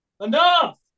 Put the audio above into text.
enough